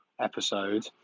episode